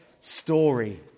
story